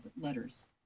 letters